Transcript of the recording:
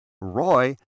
Roy